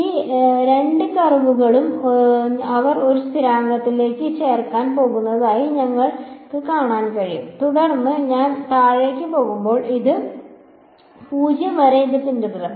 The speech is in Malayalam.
ഈ രണ്ട് കർവുകളും അവർ ഒരു സ്ഥിരാങ്കത്തിലേക്ക് ചേർക്കാൻ പോകുന്നതായി നിങ്ങൾക്ക് കാണാൻ കഴിയും തുടർന്ന് ഞാൻ താഴേക്ക് പോകുമ്പോൾ അത് 0 വരെ ഇത് പിന്തുടരും